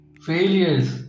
failures